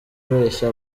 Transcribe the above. abeshya